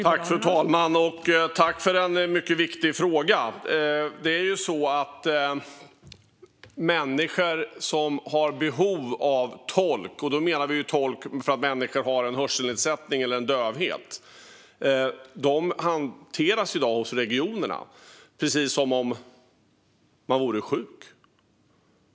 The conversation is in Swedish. Fru talman! Jag tackar för en mycket viktig fråga. Människor som har behov av tolk för att de har en hörselnedsättning eller dövhet hanteras i dag av regionerna, precis som om de vore sjuka.